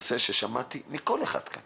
הנושא ששמעתי מכל אחד כאן